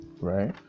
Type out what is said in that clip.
right